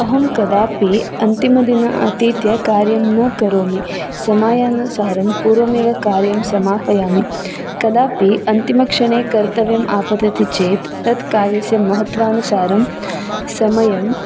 अहं कदापि अन्तिमदिन अतीत्य कार्यं न करोमि समयानुसारं पूर्वमेव कार्यं समापयामि कदापि अन्तिमक्षणे कर्तव्यम् आपतति चेत् तत् कार्यस्य महत्वानुसारं समयम्